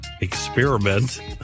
experiment